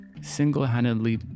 single-handedly